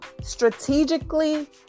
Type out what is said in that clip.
strategically